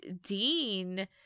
Dean